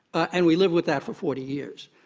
and we lived with that for forty years.